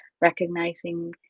recognizing